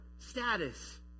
Status